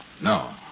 No